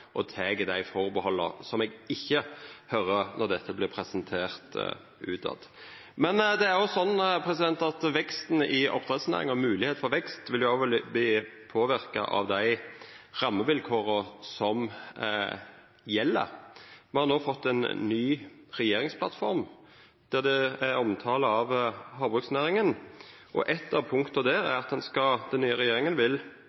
tek dei atterhalda eg ikkje høyrer når dette vert presentert utetter. Det er slik at veksten i oppdrettsnæringa og moglegheitene for vekst, vil òg verta påverka av dei rammevilkåra som gjeld. Me har no fått ei ny regjeringsplattform, der det er omtale av havbruksnæringa, og eitt av punkta der er at den nye regjeringa vil